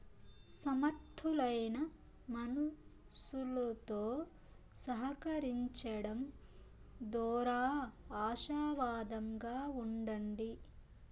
సమర్థులైన మనుసులుతో సహకరించడం దోరా ఆశావాదంగా ఉండండి